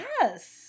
Yes